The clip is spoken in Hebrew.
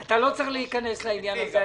אתה לא צריך להיכנס לעניין הזה.